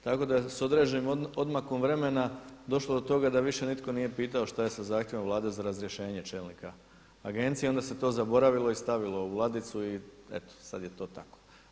Tako da sa određenim odmakom vremena došlo do toga da više nitko nije pitao šta je sa zahtjevom Vlade za razrješenje čelnika agencije, onda se to zaboravilo i stavilo u ladicu i eto sad je to tako.